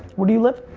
where do you live?